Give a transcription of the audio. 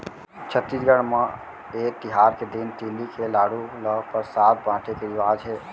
छत्तीसगढ़ म ए तिहार के दिन तिली के लाडू ल परसाद बाटे के रिवाज हे